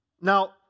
Now